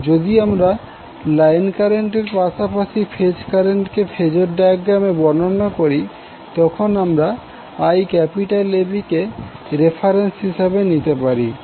যদি আমরা line current এর পাশাপাশি ফেজ কারেন্টকে ফেজর ডায়াগ্রামে বর্ণনা করি তখন আমরা IAB কে রেফারেন্স হিসেবে নিতে পারি